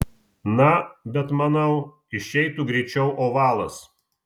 na bet manau išeitų greičiau ovalas